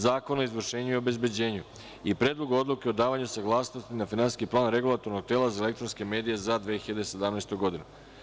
Zakona o izvršenju i obezbeđenju; Predlogu odluke o davanju saglasnosti na Finansijski plan Regulatornog tela za elektronske medije za 2017. godinu.